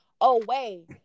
away